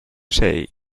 say